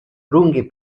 lunghi